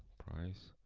price